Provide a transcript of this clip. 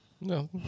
No